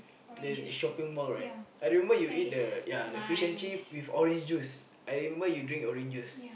the shopping mall right I remember you eat the ya the fish and chip with orange juice I remember you drink orange juice